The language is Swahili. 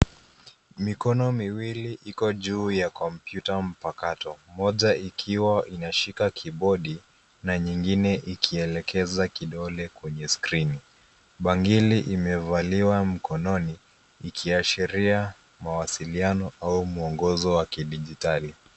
Mikono miwili iko juu ya kompyuta mpakato. Moja ikiwa inashika kibodi na nyingine ikielekeza kidole kwenye skrini. Bangili imevaliwa mkononi, ikiashiria mawasiliano au mwongozo wa kidijitali.